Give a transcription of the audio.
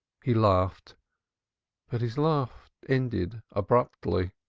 he laughed but his laugh ended abruptly.